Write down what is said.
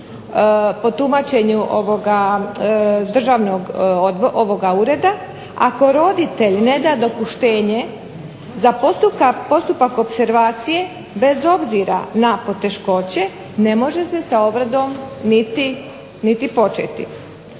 po tumačenju državnog ureda ako roditelj ne da dopuštenje za postupak opservacije bez obzira na poteškoće ne može se sa ... niti početi.